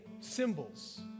symbols